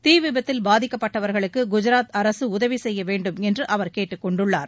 தீ விபத்தில் பாதிக்கப்பட்டவர்களுக்கு குஜாத் அரசு உதவி செய்ய வேண்டும் என்று அவர் கேட்டுக் கொண்டுள்ளார்